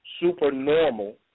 supernormal